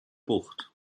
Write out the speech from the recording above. bucht